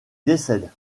décède